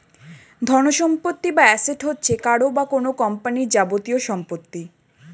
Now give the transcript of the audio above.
ধনসম্পত্তি বা অ্যাসেট হচ্ছে কারও বা কোন কোম্পানির যাবতীয় সম্পত্তি